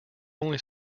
only